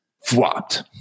flopped